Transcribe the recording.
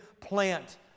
plant